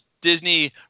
Disney